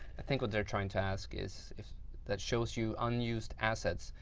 think what they're trying to ask is if that shows you unused assets?